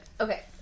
Okay